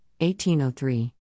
1803